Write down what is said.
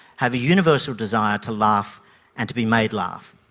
have a universal desire to laugh and to be made laugh.